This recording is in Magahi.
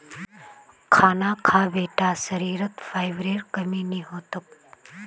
मखाना खा बेटा शरीरत फाइबरेर कमी नी ह तोक